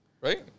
Right